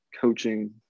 coaching